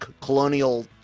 colonial